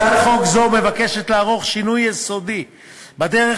הצעת חוק זו מבקשת לערוך שינוי יסודי בדרך